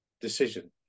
decision